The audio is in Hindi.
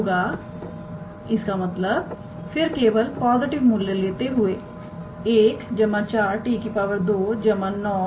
होगा इसका मतलब फिर केवल पॉजिटिव मूल्य लेते हुए √1 4𝑡 2 9𝑡 4